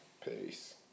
Peace